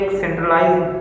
centralized